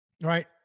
right